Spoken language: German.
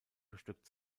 bestückt